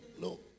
No